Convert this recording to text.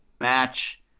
match